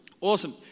Awesome